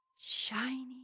shiny